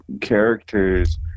characters